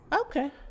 Okay